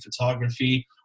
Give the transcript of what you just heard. Photography